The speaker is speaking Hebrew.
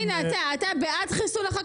הנה אתה, אתה בעד חיסול החקלאות?